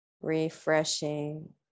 refreshing